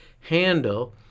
handle